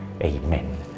Amen